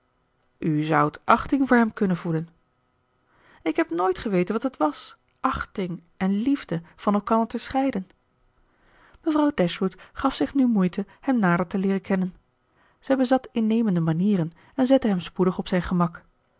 u zoudt achting voor hem kunnen voelen ik heb nooit geweten wat het was achting en liefde van elkander te scheiden mevrouw dashwood gaf zich nu moeite hem nader te leeren kennen zij bezat innemende manieren en zette hem spoedig op zijn gemak